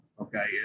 Okay